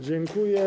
Dziękuję.